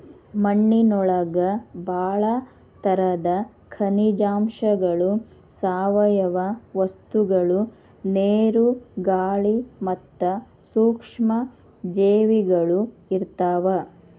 ಮಣ್ಣಿನೊಳಗ ಬಾಳ ತರದ ಖನಿಜಾಂಶಗಳು, ಸಾವಯವ ವಸ್ತುಗಳು, ನೇರು, ಗಾಳಿ ಮತ್ತ ಸೂಕ್ಷ್ಮ ಜೇವಿಗಳು ಇರ್ತಾವ